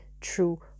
true